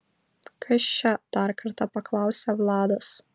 kas čia dar kartą paklausia vladas